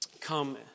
come